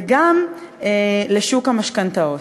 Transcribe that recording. וגם לשוק המשכנתאות.